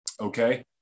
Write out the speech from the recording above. Okay